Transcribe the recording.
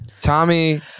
Tommy